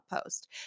post